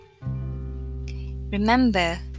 Remember